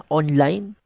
online